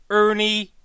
ernie